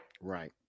Right